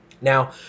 Now